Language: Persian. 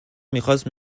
میخاست